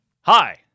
hi